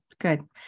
Good